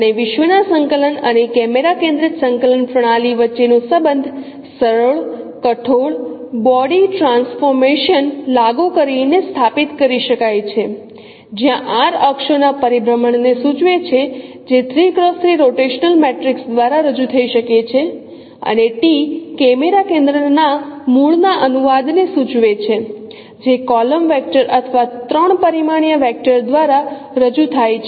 અને વિશ્વના સંકલન અને કેમેરા કેન્દ્રિત સંકલન પ્રણાલી વચ્ચેનો સંબંધ સરળ કઠોર બોડી ટ્રાન્સફોર્મેશન લાગુ કરીને સ્થાપિત કરી શકાય છે જ્યાં R અક્ષોના પરિભ્રમણને સૂચવે છે જે 3x3 રોટેશનલ મેટ્રિક્સ દ્વારા રજૂ થઈ શકે છે અને t કેમેરા કેન્દ્રમાં મૂળના અનુવાદને સૂચવે છે જે કોલમ વેક્ટર અથવા ફક્ત 3 પરિમાણીય વેક્ટર દ્વારા રજૂ થાય છે